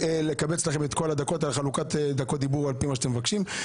לכווץ לכם את כל הדקות וחלוקת דקות דיבור כפי שאתם מבקשים.